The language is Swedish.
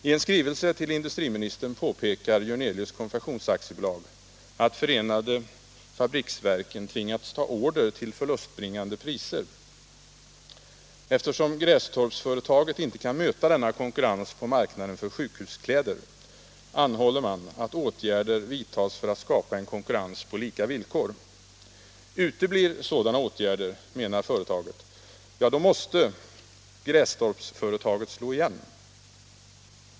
I en skrivelse till industriministern påpekar Jörnelius Konfektions AB att förenade fabriksverken tvingats ta order till förlustbringande priser. Eftersom Grästorpsföretaget inte kan möta denna konkurrens på marknaden för sjukhuskläder anhåller man att åtgärder vidtas för att skapa konkurrens på lika villkor. Uteblir sådana åtgärder, menar man, måste Grästorpsföretaget slå igen.